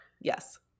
Yes